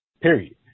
Period